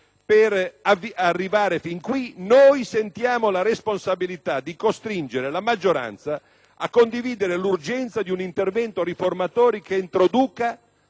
per arrivare fin qui, sentiamo la responsabilità di costringere la maggioranza a condividere l'urgenza di un intervento riformatore che introduca,